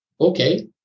okay